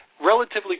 relatively